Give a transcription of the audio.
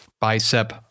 bicep